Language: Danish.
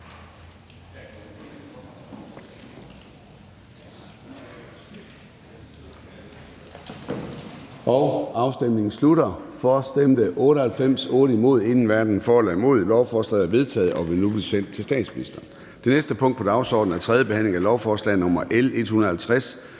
og afstemningen starter. Afstemningen slutter. For stemte 94 Lovforslaget er vedtaget og vil nu blive sendt til statsministeren. --- Det næste punkt på dagsordenen er: 21) 3. behandling af lovforslag nr. L 177: